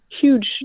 huge